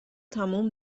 تموم